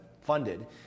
funded